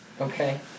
Okay